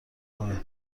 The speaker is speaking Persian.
کنین